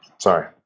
Sorry